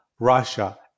Russia